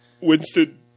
Winston